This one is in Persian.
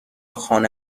خانه